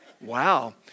Wow